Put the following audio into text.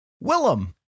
Willem